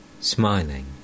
Smiling